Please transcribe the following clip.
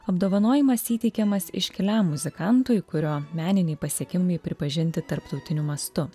apdovanojimas įteikiamas iškiliam muzikantui kurio meniniai pasiekimai pripažinti tarptautiniu mastu